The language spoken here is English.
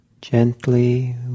gently